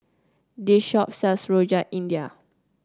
this shop sells Rojak India